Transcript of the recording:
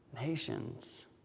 nations